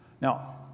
Now